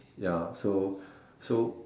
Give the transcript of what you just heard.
ya so so